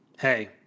Hey